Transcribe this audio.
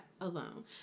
alone